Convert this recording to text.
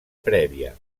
prèvia